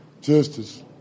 Justice